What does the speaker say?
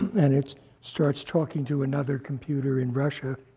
and it starts talking to another computer in russia.